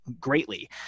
greatly